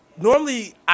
normally